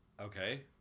Okay